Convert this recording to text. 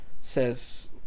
says